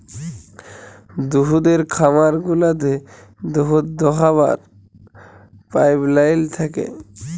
দুহুদের খামার গুলাতে দুহুদ দহাবার পাইপলাইল থ্যাকে